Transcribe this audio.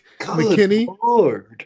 McKinney